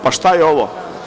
Pa, šta je ovo?